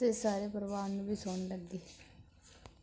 ਅਤੇ ਸਾਰੇ ਪਰਿਵਾਰ ਨੂੰ ਵੀ ਸੋਹਣੀ ਲੱਗੀ